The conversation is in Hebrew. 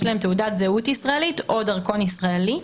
להם תעודת זהות ישראלית או דרכון ישראלי,